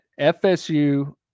FSU